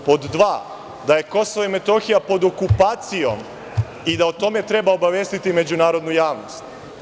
Pod dva, da je KiM pod okupacijom i da o tome treba obavestiti međunarodnu javnost.